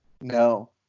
No